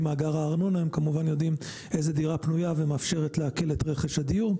מאגר הארנונה הן יודעות איזו דירה פנויה ומאפשרת להקל את רכש הדיור.